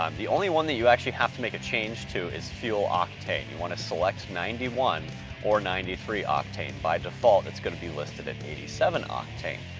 um the only one that you actually have to make a change to is fuel octane, you wanna select ninety one or ninety three octane. by default, it's gonna be listed at eighty seven octane.